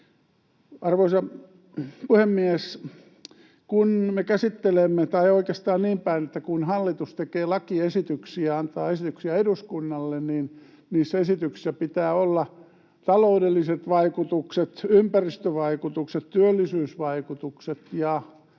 Arvoisa puhemies! Kun hallitus tekee lakiesityksiä ja antaa esityksiä eduskunnalle, niissä esityksissä pitää olla taloudelliset vaikutukset, ympäristövaikutukset, työllisyysvaikutukset ja